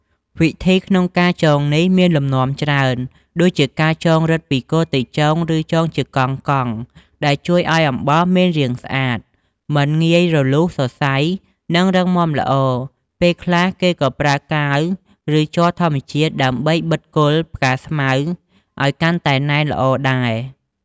វិធីក្នុងការចងនេះមានលំនាំច្រើន ដូចជាការចងរឹតពីគល់ទៅចុង ឬចងជាកងៗ ដែលជួយឲ្យអំបោសមានរាងស្អាត មិនងាយរលុះសរសៃ និងរឹងមាំល្អ ពេលខ្លះគេក៏ប្រើកាវ ឬជ័រធម្មជាតិដើម្បីបិទគល់ផ្កាស្មៅឲ្យកាន់តែណែនល្អដែរ។